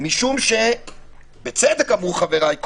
משום שבצדק אמרו חבריי,